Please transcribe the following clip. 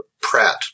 Pratt